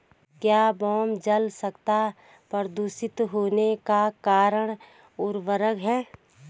क्या भौम जल स्तर प्रदूषित होने का कारण उर्वरक है?